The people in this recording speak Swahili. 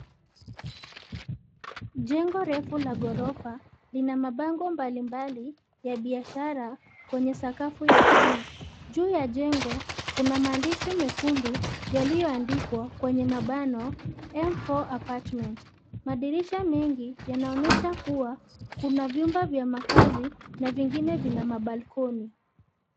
Jengo refu la ghorofa, lina mabango mbali mbali, ya biashara, kwenye sakafu ya chini, juu ya jengo, kuna maandishi mekundu, yaliyoandikwa, kwenye mabano, M4 Apartment , madirisha mengi, yanaonyesha kuwa, kuna vyumba vya makazi, na vingine vina mabalkoni.